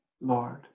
Lord